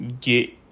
get